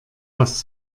was